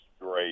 great